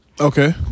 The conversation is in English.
Okay